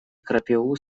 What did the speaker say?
крапиву